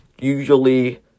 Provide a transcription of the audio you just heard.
usually